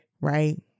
Right